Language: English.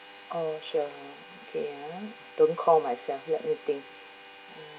oh sure okay ah don't call my cell if anything